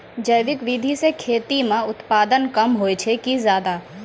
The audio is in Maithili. जैविक विधि से खेती म उत्पादन कम होय छै कि ज्यादा?